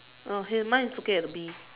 no he mine is looking at the bee